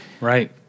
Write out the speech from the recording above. right